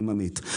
אני ממעיט,